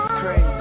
crazy